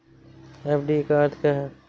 FD का अर्थ क्या है?